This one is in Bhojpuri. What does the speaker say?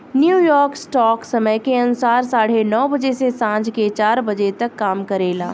न्यूयॉर्क स्टॉक समय के अनुसार साढ़े नौ बजे से सांझ के चार बजे तक काम करेला